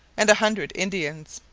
and a hundred indians.